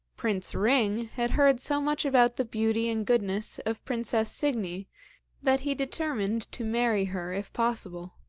prince ring had heard so much about the beauty and goodness of princess signy that he determined to marry her if possible.